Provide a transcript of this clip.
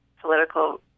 political